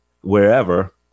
wherever